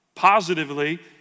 Positively